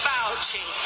Fauci